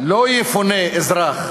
שלא יפונה אזרח